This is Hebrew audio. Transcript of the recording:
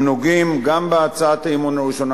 הם נוגעים גם בהצעת האי-אמון הראשונה